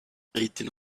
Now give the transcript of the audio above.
eighteen